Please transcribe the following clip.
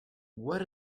what